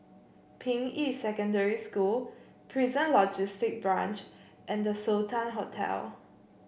Ping Yi Secondary School Prison Logistic Branch and The Sultan Hotel